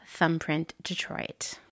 thumbprintdetroit